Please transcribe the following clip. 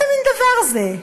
איזה מין דבר זה?